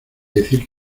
decir